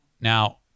now